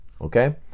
okay